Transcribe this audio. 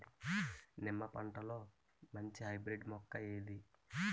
నిమ్మ పంటలో మంచి హైబ్రిడ్ మొక్క ఏది?